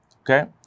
okay